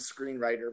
screenwriter